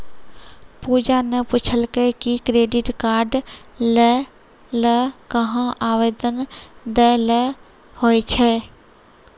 पूजा ने पूछलकै कि क्रेडिट कार्ड लै ल कहां आवेदन दै ल होय छै